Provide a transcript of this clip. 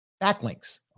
backlinks